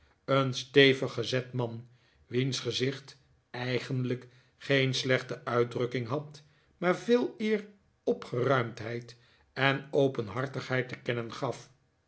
een stevig gezet man wiens gezicht eigenlijk geen slechte uitdrukking had maar veeleer opgeruimdheid en openhartigheid te kennen gaf